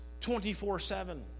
24-7